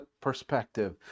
perspective